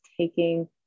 taking